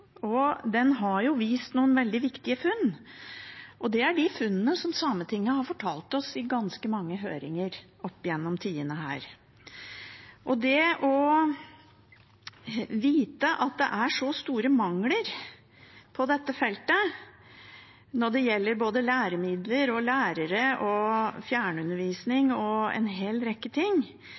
behandlingen. Den har vist noen veldig viktige funn, og det er de funnene som Sametinget har fortalt oss om i ganske mange høringer opp gjennom tidene her. Når man vet at det er så store mangler på dette feltet når det gjelder både læremidler og lærere og fjernundervisning og en hel rekke ting,